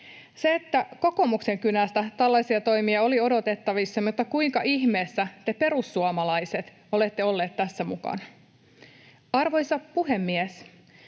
Kokoomuksen kynästä tällaisia toimia oli odotettavissa, mutta kuinka ihmeessä te perussuomalaiset olette olleet tässä mukana? Arvoisa puhemies!